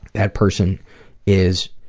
that person is,